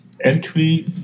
entry